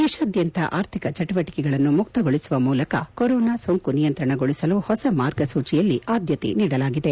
ದೇಶಾದ್ಖಂತ ಆರ್ಥಿಕ ಚಟುವಟಿಕೆಗಳನ್ನು ಮುಕ್ತಗೊಳಸುವ ಮೂಲಕ ಕೊರೋನಾ ಸೋಂಕು ನಿಯಂತ್ರಣಗೊಳಸಲು ಹೊಸ ಮಾರ್ಗಸೂಚಿಯಲ್ಲಿ ಆದ್ವತೆ ನೀಡಲಾಗಿದೆ